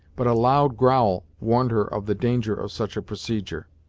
but a loud growl warned her of the danger of such a procedure.